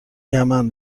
یمن